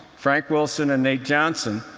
frank wilson and nate johnson,